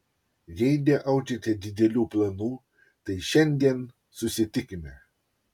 jei neaudžiate didelių planų tai šiandien susitikime